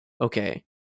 Okay